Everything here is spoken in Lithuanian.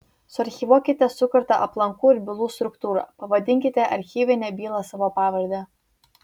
suarchyvuokite sukurtą aplankų ir bylų struktūrą pavadinkite archyvinę bylą savo pavarde